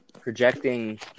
projecting